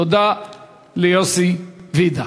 תודה ליוסי ויידה.